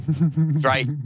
Right